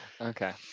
Okay